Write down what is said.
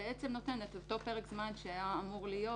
שנותן את אותו פרק זמן שהיה אמור להיות